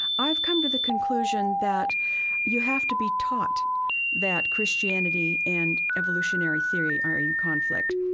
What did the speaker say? i've come to the conclusion that you have to be taught that christianity and evolutionary theory are in conflict,